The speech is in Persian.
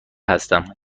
هستم